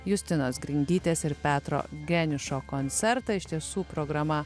justinos gringytės ir petro geniušo koncertą iš tiesų programa